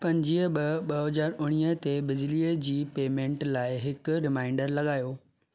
पंजवीह ब॒ ब॒ हज़ार उणिवीह ते बिजली जी पेमेंटु लाइ हिकु रिमाइंडरु लॻायो